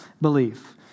belief